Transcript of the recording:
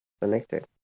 connected